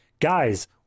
guys